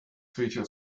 feature